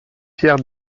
pierre